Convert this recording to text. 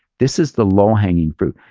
this is the low hanging fruit.